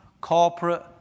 corporate